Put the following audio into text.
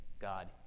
God